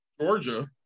Georgia